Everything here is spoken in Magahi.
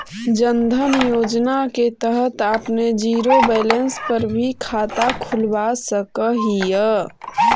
जन धन योजना के तहत आपने जीरो बैलेंस पर भी खाता खुलवा सकऽ हिअ